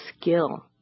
skill